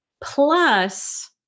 plus